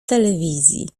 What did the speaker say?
telewizji